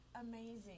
amazing